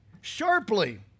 sharply